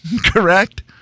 correct